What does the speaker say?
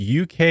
UK